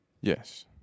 Yes